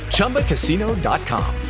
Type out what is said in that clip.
ChumbaCasino.com